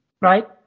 right